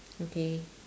okay